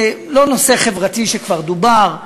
לא נושא חברתי שכבר דובר,